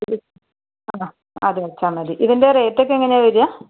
ഉം അവിടെ വെച്ചാൽ മതി ഇതിൻ്റെ റേറ്റ് ഒക്കെ എങ്ങനെയാണ് വരിക